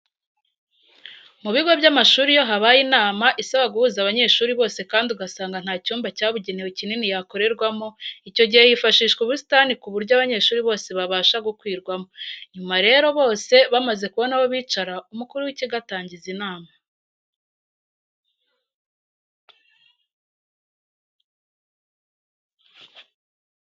Mu bigo by'amashuri iyo habaye inama isaba guhuza abanyeshuri bose kandi ugasanga nta cyumba cyabugenewe kinini yakorerwamo, icyo gihe hifashishwa ubusitani ku buryo abanyeshuri bose babasha gukwirwamo. Nyuma rero bose bamaze kubona aho bicara, umukuru w'ikigo atangiza inama.